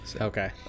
Okay